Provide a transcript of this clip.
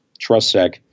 TrustSec